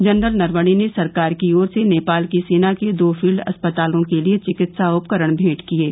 general Naravane ने सरकार की ओर से नेपाल की सेना के दो फील्ड अस्पतालों के लिए चिकित्सा उपकरण भेंट किये